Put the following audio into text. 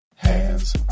Hands